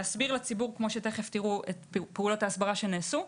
להסביר לציבור כפי שתכף תראו את פעולות ההסברה שנעשו,